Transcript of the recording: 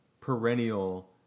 perennial